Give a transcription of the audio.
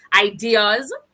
ideas